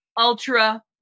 ultra